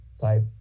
type